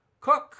Cook